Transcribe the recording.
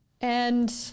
And-